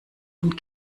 und